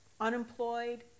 unemployed